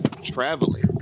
Traveling